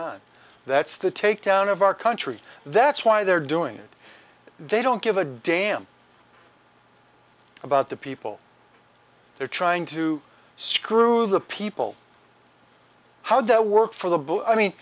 on that's the take down of our country that's why they're doing it they don't give a damn about the people they're trying to screw the people how do i work for the book i mean